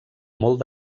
molt